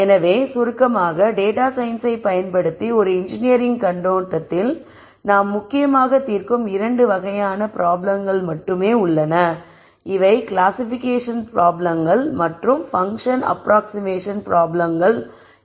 எனவே சுருக்கமாக டேட்டா சயின்ஸை பயன்படுத்தி ஒரு இன்ஜினியரிங் கண்ணோட்டத்தில் நாம் முக்கியமாக தீர்க்கும் இரண்டு வகையான ப்ராப்ளம்கள் மட்டுமே உள்ளன இவை கிளாசிஃபிகேஷன் ப்ராப்ளம்கள் மற்றும் பன்க்ஷன் அப்ராக்ஸ்ஷிமேஷன் பிராப்ளம்கள் என்றாகும்